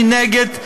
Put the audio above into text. אני נגד.